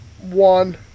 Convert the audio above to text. one